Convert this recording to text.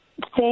Thank